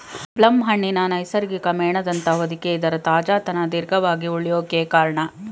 plum ಹಣ್ಣಿನ ನೈಸರ್ಗಿಕ ಮೇಣದಂಥ ಹೊದಿಕೆ ಇದರ ತಾಜಾತನ ದೀರ್ಘವಾಗಿ ಉಳ್ಯೋಕೆ ಕಾರ್ಣ